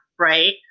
Right